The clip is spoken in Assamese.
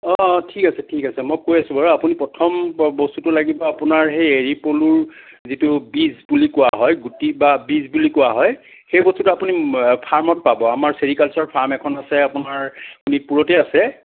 অ ঠিক আছে ঠিক আছে মই কৈ আছোঁ বাৰু আপুনি প্ৰথম বস্তুটো লাগিব আপোনাৰ সেই এৰী পলুৰ যিটো বীজ বুলি কোৱা হয় গুটি বা বীজ বুলি কোৱা হয় সেই বস্তুটো আপুনি ফাৰ্মত পাব আমাৰ ছেৰিকালছাৰৰ ফাৰ্ম এখন আছে আপোনাৰ এই পৰুৱাতে আছে